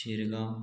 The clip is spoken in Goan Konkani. शिरगांव